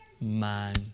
man